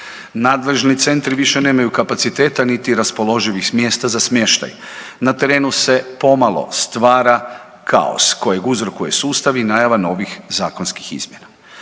Nadležni centri više nemaju kapaciteta niti raspoloživih mjesta za smještaj. Na terenu se pomalo stvara kaos kojeg uzrokuje sustav i najava novih zakonskih izmjena.